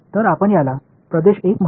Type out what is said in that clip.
तर आपण याला प्रदेश 1 म्हणू